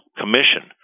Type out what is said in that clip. commission